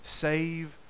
save